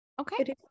Okay